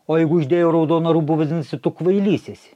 o jeigu uždėjo raudoną rūbą vadinasi tu kvailys esi